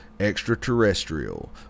extraterrestrial